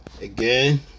Again